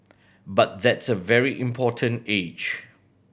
but that's a very important age